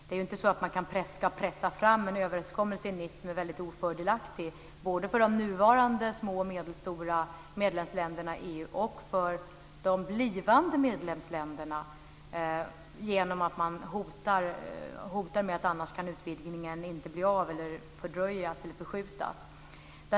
Det är inte så att man ska pressa fram en överenskommelse i Nice som är väldigt ofördelaktig både för de nuvarande små och medelstora medlemsländerna i EU och för de blivande medlemsländerna genom att hota med att utvidgningen annars inte blir av, fördröjs eller förskjuts.